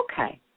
Okay